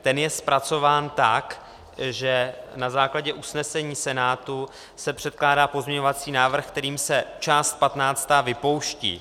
Ten je zpracován tak, že na základě usnesení Senátu se předkládá pozměňovací návrh, kterým se část 15. vypouští.